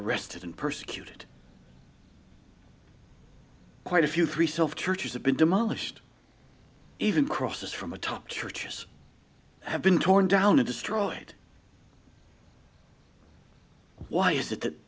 arrested and persecuted quite a few three self churches have been demolished even crosses from atop churches have been torn down and destroyed why is it